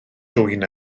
dwyn